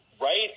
right